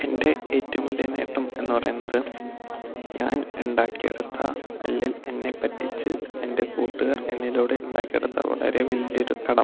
എൻ്റെ ഏറ്റവും വലിയ നേട്ടം എന്നുപറയുന്നത് ഞാൻ ഉണ്ടാക്കിയെടുത്ത അല്ലെങ്കിൽ എന്നെപ്പറ്റിച്ചു എൻ്റെ കൂട്ടുകാർ എന്നിലൂടെ ഉണ്ടാക്കിയെടുത്ത വളരെ വലിയ ഒരു കടം